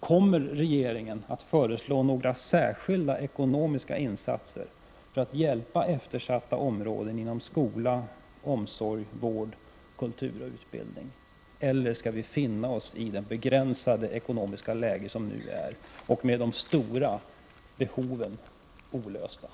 Kommer regeringen att föreslå några särskilda ekonomiska insatser för att förbättra eftersatta områden inom skola, omsorg, vård, kultur och utbildning, eller skall vi finna oss i det nuvarande begränsade ekonomiska läget och låta de stora behoven vara eftersatta?